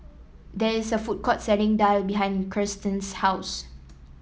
there is a food court selling daal behind Kirsten's house